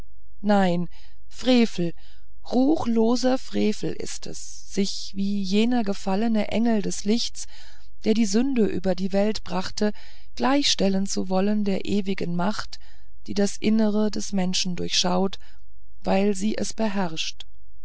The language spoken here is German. nein frevel ruchloser frevel ist es sich wie jener gefallene engel des lichts der die sünde über die welt brachte gleichstellen zu wollen der ewigen macht die das innere des menschen durchschaut weil sie es beherrscht